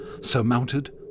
surmounted